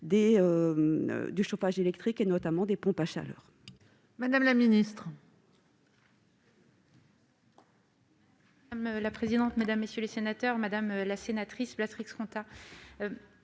du chauffage électrique, notamment des pompes à chaleur